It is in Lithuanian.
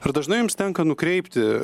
ar dažnai jums tenka nukreipti